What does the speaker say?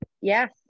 Yes